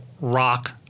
rock